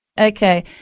Okay